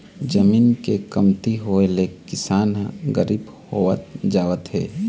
जमीन के कमती होए ले किसान ह गरीब होवत जावत हे